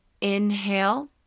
inhale